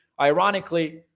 Ironically